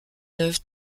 neuf